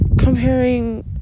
comparing